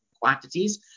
quantities